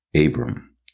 Abram